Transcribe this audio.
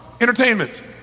entertainment